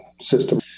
system